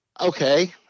Okay